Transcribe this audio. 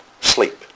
Sleep